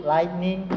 Lightning